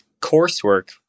coursework